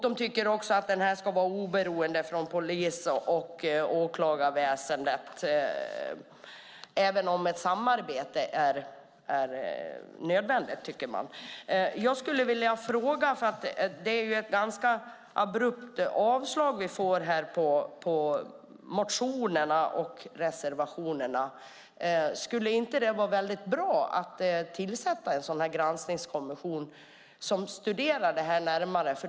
De tycker också att den ska vara oberoende från polis och åklagarväsendet, även om de tycker ett samarbete är nödvändigt. Jag skulle vilja fråga, eftersom vi får ett ganska abrupt avslag på motionerna och reservationerna: Skulle det inte vara väldigt bra att tillsätta en granskningskommission som studerar det här närmare?